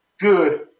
Good